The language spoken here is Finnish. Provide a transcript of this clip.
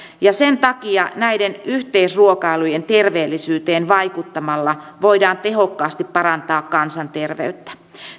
ja sen takia näiden yhteisruokailujen terveellisyyteen vaikuttamalla voidaan tehokkaasti parantaa kansanterveyttä